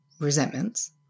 resentments